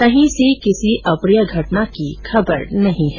कहीं से किसी अप्रिय घटना की कोई खबर नहीं है